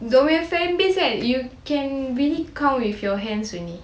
diorang punya fan base kan you can really count with your hands only